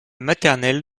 maternel